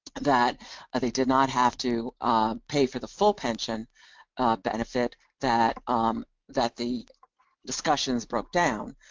that they did not have to pay for the full pension benefit that um that the discussions broke down,